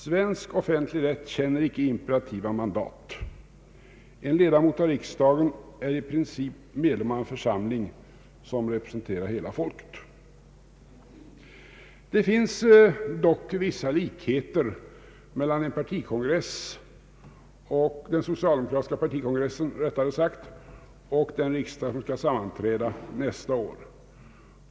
Svensk offentlig rätt känner icke imperativa mandat. En ledamot av riksdagen är i princip medlem av en församling som representerar hela folket. Det finns dock vissa likheter mellan en socialdemokratisk partikongress och den riksdag som skall sammanträda nästa år.